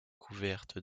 couverte